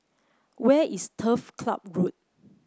where is Turf Club Road